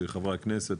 חברי הכנסת,